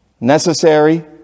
necessary